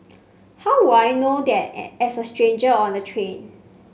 how would I know that as a stranger on the train